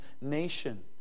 nation